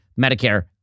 Medicare